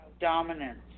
dominance